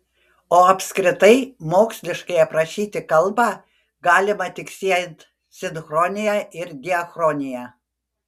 o apskritai moksliškai aprašyti kalbą galima tik siejant sinchronija ir diachroniją